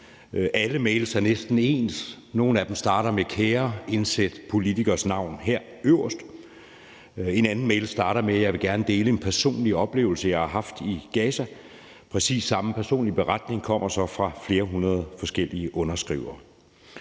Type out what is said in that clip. Alle mails er næsten ens. Nogle af dem starter med »kære«, hvorefter der skal indsættes en politikers navn øverst. En anden mail starter med følgende: Jeg vil gerne dele en personlig oplevelse, jeg har haft i Gaza. Præcis samme personlige beretning kommer så fra flere hundrede forskellige underskrivere.